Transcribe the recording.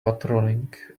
patrolling